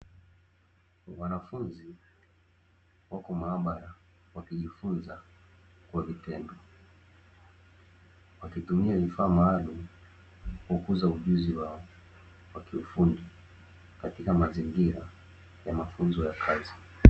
Wanafunzi wapo maabara wakijifunza kwa vitendo, wakitumia vifaa maalumu, kukuza ujuzi wao wa kiufundi katika mazingira ya mafunzo ya kazi.